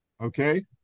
Okay